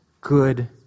good